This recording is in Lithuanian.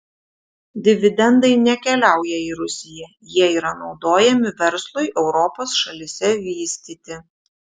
dividendai nekeliauja į rusiją jie yra naudojami verslui europos šalyse vystyti